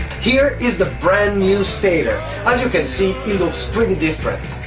here is the brand new stator, as you can see it looks pretty different.